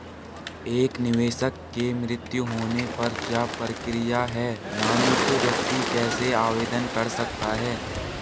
एक निवेशक के मृत्यु होने पर क्या प्रक्रिया है नामित व्यक्ति कैसे आवेदन कर सकता है?